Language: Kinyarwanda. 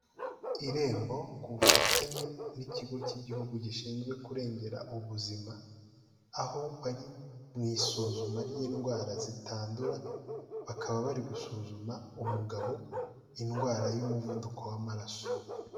Irembo ku bufatanye n'ikigo k'igihugu gishinzwe kurengera ubuzima, aho bari mu isuzuma ry' indwara zitandura bakaba bari gusuzuma umugabo indwara y'umuvuduko w'amaraso.